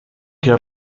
que